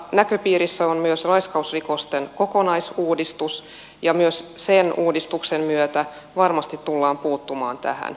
näköpiirissä on myös raiskausrikosten kokonaisuudistus ja myös sen uudistuksen myötä varmasti tullaan puuttumaan tähän